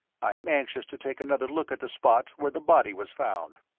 i am anxious to take another look at the spot where the body was found.